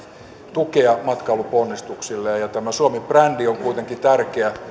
tukea matkailuponnistuksilleen tämä suomi brändi on kuitenkin tärkeä